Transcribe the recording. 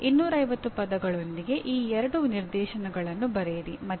ತಲಾ 250 ಪದಗಳೊಂದಿಗೆ ಈ ಎರಡು ನಿದರ್ಶನಗಳನ್ನು ಬರೆಯಿರಿ